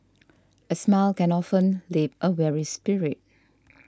a smile can often lip a weary spirit